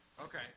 Okay